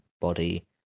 body